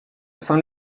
saint